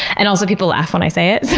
and also, people laugh when i say it.